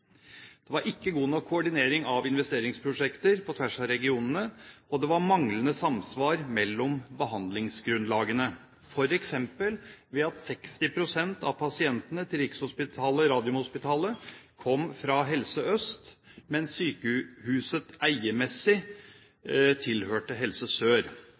Det var ikke god nok koordinering av investeringsprosjekter på tvers av regionene, og det var manglende samsvar mellom behandlingsgrunnlagene, f.eks. ved at 60 pst. av pasientene til Rikshospitalet-Radiumhospitalet kom fra Helse Øst, mens sykehuset eiermessig tilhørte Helse Sør.